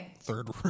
Third